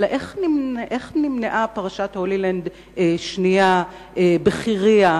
איך נמנעה פרשת "הולילנד" שנייה בחירייה,